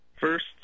First